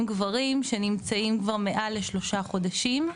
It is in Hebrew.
גברים שנמצאים כבר מעל לשלושה חודשים.